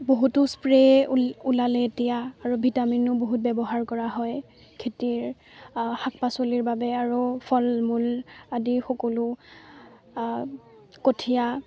বহুতো স্প্ৰে' ওল ওলালে এতিয়া আৰু ভিটামিনো বহুত ব্যৱহাৰ কৰা হয় খেতিৰ শাক পাচলিৰ বাবে আৰু ফল মূল আদি সকলো কঠীয়া